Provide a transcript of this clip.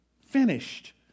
Finished